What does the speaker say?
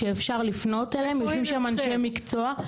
כתובת שאפשר לפנות אליהם, יושבים שם אנשי מקצוע.